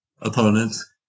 opponents